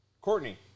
Courtney